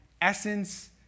essence